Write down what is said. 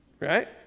right